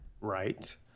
Right